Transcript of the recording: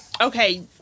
Okay